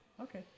Okay